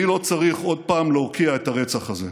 אני לא צריך עוד פעם להוקיע את הרצח הזה,